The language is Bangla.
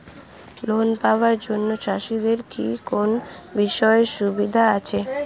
লোন পাওয়ার জন্য চাষিদের কি কোনো বিশেষ সুবিধা আছে?